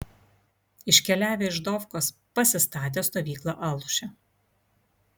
iškeliavę iš dofkos pasistatė stovyklą aluše